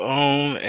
own